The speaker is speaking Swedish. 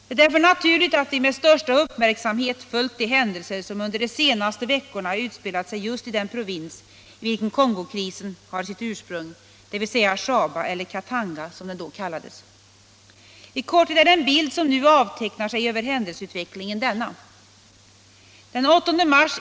Det är därför naturligt att vi med största uppmärksamhet följt de händelser som under de senaste veckorna utspelat sig just i den provins i vilken Kongokrisen hade sitt ursprung, dvs. Shaba eller Katanga, som den förut kallades.